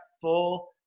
full